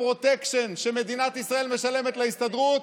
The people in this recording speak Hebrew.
הפרוטקשן שמדינת ישראל משלמת להסתדרות,